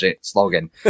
slogan